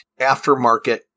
aftermarket